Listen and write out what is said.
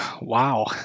Wow